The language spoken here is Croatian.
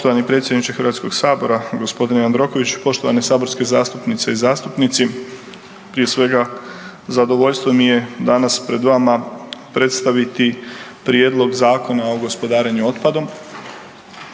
Poštovani predsjedniče HS-a g. Jandrokoviću, poštovane saborske zastupnice i zastupnici. Prije svega zadovoljstvo mi je danas pred vama predstaviti Prijedlog zakona o gospodarenju otpadom.